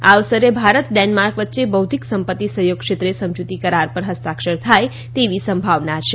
આ અવસરે ભારત ડેનમાર્ક વચ્ચે બૌધ્યિક સંપત્તિ સહયોગ ક્ષેત્રે સમજૂતી કરાર પર હસ્તાક્ષર થાય તેવી સંભાવના છે